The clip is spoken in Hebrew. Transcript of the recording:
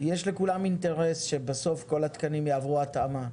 יש לכולם אינטרס שבסוף כל התקנים יעברו התאמה,